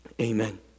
Amen